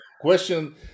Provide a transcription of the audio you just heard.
question